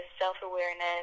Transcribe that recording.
self-awareness